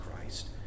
Christ